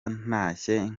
ntashye